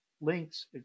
links